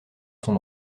son